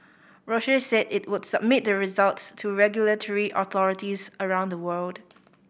Roche said it would submit the results to regulatory authorities around the world